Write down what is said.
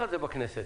פינדרוס.